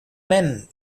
men